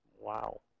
Wow